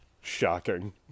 shocking